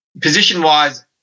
Position-wise